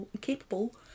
capable